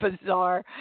bizarre